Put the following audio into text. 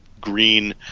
green